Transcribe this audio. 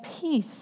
peace